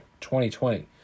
2020